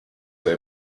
say